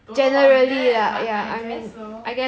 don't know about that but I guess so